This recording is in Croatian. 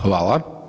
Hvala.